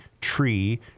tree